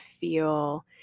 feel